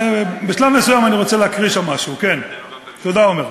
בשלב מסוים אני רוצה להקריא משם משהו, תודה, עמר,